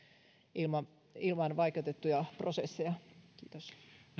ilman ilman vaikeutettuja prosesseja kiitos